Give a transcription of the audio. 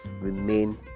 Remain